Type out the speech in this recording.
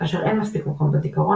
כאשר אין מספיק מקום בזיכרון,